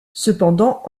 cependant